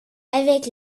avec